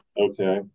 Okay